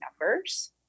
numbers